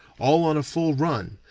all on a full run,